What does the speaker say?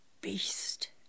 beast